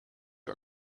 you